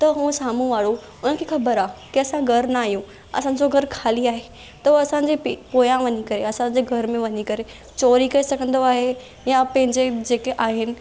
त उहो साम्हू वारो उन्हनि खे ख़बरु आहे की असां घरु न आहियूं असांजो घरु खाली आहे त उहो असांजे पोयां वञी करे असांजे घर में वञी करे चोरी करे सघंदो आहे या पंहिंजे जेके आहिनि